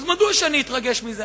אז מדוע שאני אתרגש מזה,